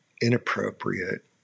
inappropriate